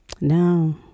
no